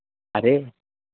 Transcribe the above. अरे